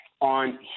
on